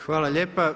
Hvala lijepa.